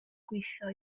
gwthio